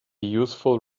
useful